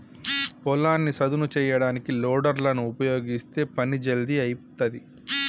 పొలాన్ని సదును చేయడానికి లోడర్ లను ఉపయీగిస్తే పని జల్దీ అయితది